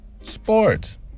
sports